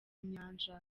nyanja